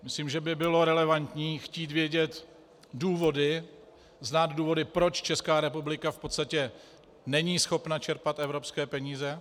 Myslím, že by bylo relevantní chtít vědět důvody, znát důvody, proč Česká republika v podstatě není schopna čerpat evropské peníze.